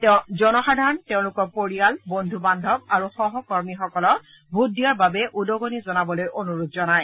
তেওঁ জনসাধাৰণ তেওঁলোকৰ পৰিয়াল বদ্ধু বান্ধৰ আৰু সহকৰ্মীসকলক ভোট দিয়াৰ বাবে উদগণি জনাবলৈ অনুৰোধ জনায়